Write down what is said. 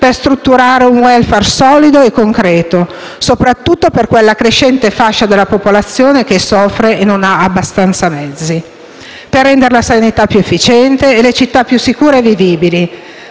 per strutturare un *welfare* solido e concreto, soprattutto per quella crescente fascia della popolazione che soffre e non ha abbastanza mezzi per rendere la sanità più efficiente e le città più sicure e vivibili;